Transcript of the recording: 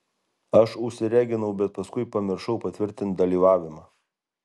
aš užsireginau bet paskui pamiršau patvirtint dalyvavimą